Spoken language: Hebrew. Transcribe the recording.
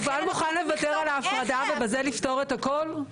יובל מוכן לוותר על ההפרדה ובזה לפתור את הכול?